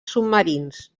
submarins